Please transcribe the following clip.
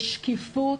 לשקיפות